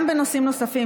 וגם נושאים נוספים,